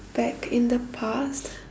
back in the past